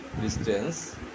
distance